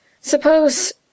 Suppose